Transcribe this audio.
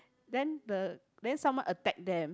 then the then someone attack them